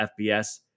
FBS